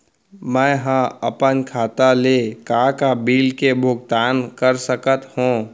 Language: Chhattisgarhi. मैं ह अपन खाता ले का का बिल के भुगतान कर सकत हो